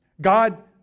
God